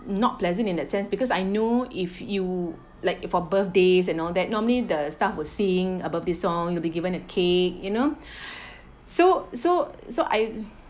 not pleasant in that sense because I know if you like for birthdays and all that normally the staff will sing a birthday song you'll be given a cake you know so so so I